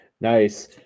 Nice